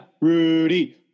Rudy